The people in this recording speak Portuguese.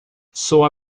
soa